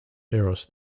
eros